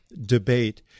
debate